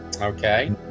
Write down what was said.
okay